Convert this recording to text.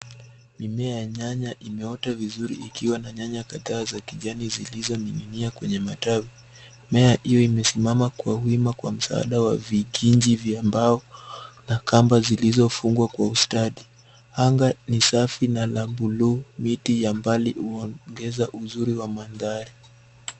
Mimea ya nyanya imeota vizuri ikiwa na nyanya kadhaa za kijani zilizoning'inia kwenye matawi. Mimea hiyo imesimama kwa wima kwa msaada wa vikingi vya mbao na kamba zilizofungwa kwa ustadi. Anga ni safi na la bluu, miti ya mbali huongeza uzuri wa mandhari.